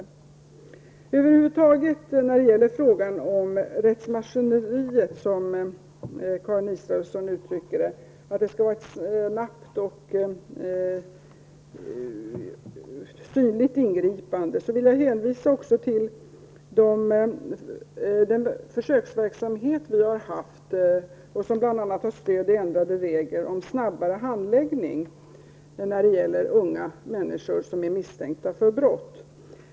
När det över huvud taget gäller frågan om rättsmaskineriet, som Karin Israelsson uttrycker det, och att ingripandet skall vara snabbt och synligt, vill jag också hänvisa till den försöksverksamhet som bedrivits och som bl.a. har stöd i ändrade regler om snabbare handläggning när det gäller unga människor som är misstänkta för brott.